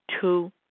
Two